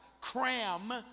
cram